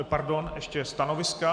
Pardon, ještě stanoviska.